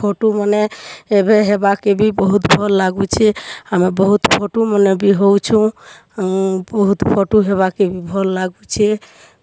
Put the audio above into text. ଫଟୋମାନେ ଏବେ ହେବାକେ ବି ବହୁତ୍ ଭଲ୍ ଲାଗୁଛେ ଆମେ ବହୁତ୍ ଫଟୋମାନେ ବି ହଉଛୁ ବହୁତ୍ ଫଟୋ ହେବାକେ ବି ଭଲ୍ ଲାଗୁଛେ